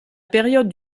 période